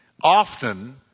often